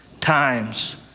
times